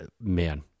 man